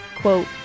quote